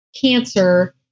cancer